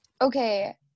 okay